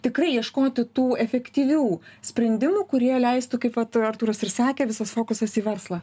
tikrai ieškoti tų efektyvių sprendimų kurie leistų kaip vat artūras ir sakė visas fokusas į verslą